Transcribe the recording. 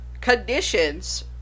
Conditions